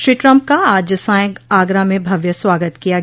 Shri Trump का आज सांय आगरा में भव्य स्वागत किया गया